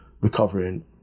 recovering